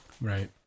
right